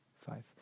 five